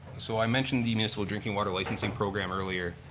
so i mentioned the municipal drinking water licensing program earlier.